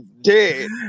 Dead